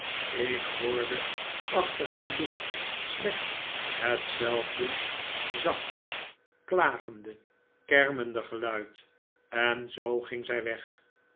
ik hoorde achter haar doek slechts hetzelfde zachte klagende kermehde geluid en zoo ging zij weg